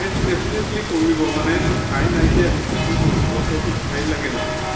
এইটো ডেফিনিটলি কৰিব মানে ঠাই নাইকিয়া হৈছেতো গছকো ঠাই লাগে নহয়